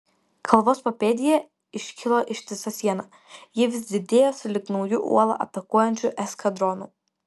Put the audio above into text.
kalvos papėdėje iškilo ištisa siena ji vis didėjo sulig nauju uolą atakuojančiu eskadronu